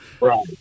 Right